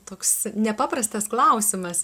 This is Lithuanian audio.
toks nepaprastas klausimas